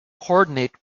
coordinate